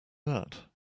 that